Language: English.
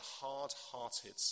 hard-hearted